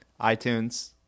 iTunes